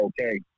okay